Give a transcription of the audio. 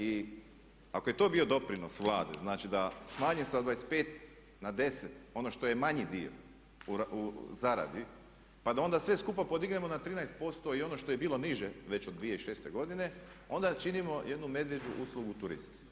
I ako je to bio doprinos Vlade, znači da smanji sa 25 na 10 ono što je manji dio u zaradi pa da onda sve skupa podignemo na 13%, i ono što je bilo niže već od 2006. godine, onda činimo jednu medvjeđu uslugu turizmu.